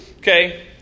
Okay